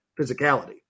physicality